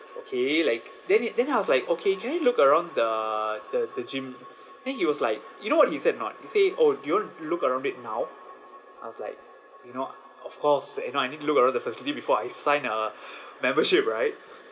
okay like then then I was like okay can we look around the the the gym then he was like you know what he said not he say oh do you want look around bit now I was like you know of course you know I need to look around the facility before I sign a membership right